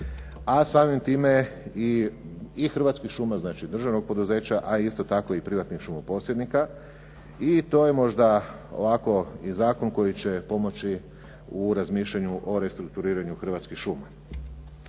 A samim time i Hrvatskih šuma, znači državnog poduzeća, a isto tako i privatnih šumoposjednika. I to je možda zakon koji će pomoći u razmišljanju o restrukturiranju Hrvatskih šuma.